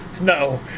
No